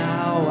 Now